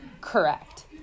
Correct